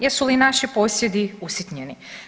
Jesu li naši posjedi usitnjeni?